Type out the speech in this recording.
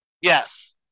Yes